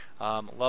Love